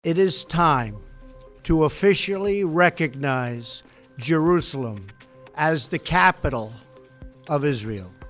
it is time to officially recognize jerusalem as the capital of israel.